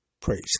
Praise